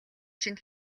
чинь